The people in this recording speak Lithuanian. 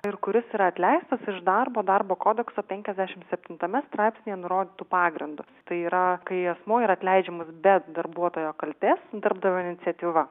ir kuris yra atleistas iš darbo darbo kodekso penkiasdešimt septintame straipsnyje nurodytu pagrindu tai yra kai asmuo yra atleidžiamas be darbuotojo kaltės darbdavio iniciatyva